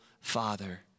father